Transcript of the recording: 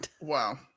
Wow